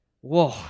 Whoa